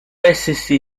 essersi